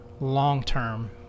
long-term